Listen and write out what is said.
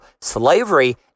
slavery